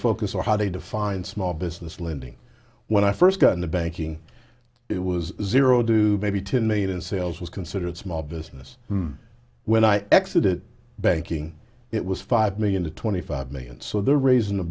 focus or how they define small business lending when i first got into banking it was zero due maybe ten million in sales was considered small business when i exit it banking it was five million to twenty five million so they're raising the